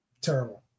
Terrible